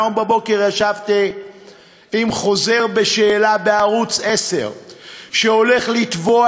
היום בבוקר ישבתי בערוץ 10 עם חוזר בשאלה שהולך לתבוע